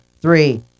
three